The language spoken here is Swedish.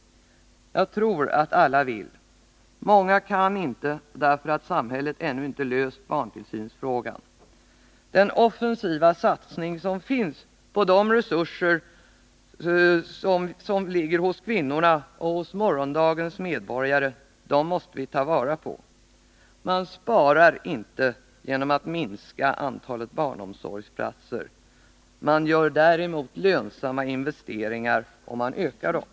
Jag tror att alla vill. Många kan inte därför att samhället ännu inte löst barntillsynsfrågan. Den offensiva satsningen på de resurser som finns hos kvinnorna och morgondagens medborgare måste vi ta vara på. Man sparar inte genom att minska antalet barnomsorgsplatser— man gör däremot lönsamma investeringar om man ökar antalet.